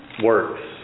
works